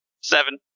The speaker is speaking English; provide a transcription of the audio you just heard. Seven